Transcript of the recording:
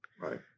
Right